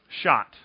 shot